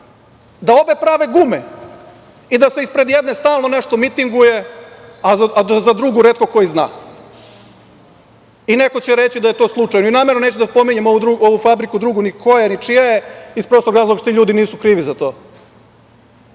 da obe prave gume i da se ispred jedne stalno nešto mitinguje, a da za drugu retko ko i zna i neko će reći da je to slučajno. Namerno neću da spominjem ovu drugu fabriku, ni koja je, ni čija je, iz prostog razloga što ti ljudi nisu krivi za to,